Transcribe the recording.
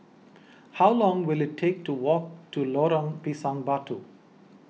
how long will it take to walk to Lorong Pisang Batu